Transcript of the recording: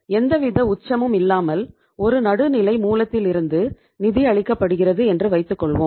எந்தவித உச்சமும் இல்லாமல் ஒரு நடுநிலை மூலத்திலிருந்து நிதி அளிக்கப்படுகிறது என்று வைத்துக்கொள்வோம்